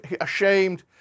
ashamed